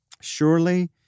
surely